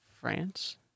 France